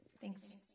Thanks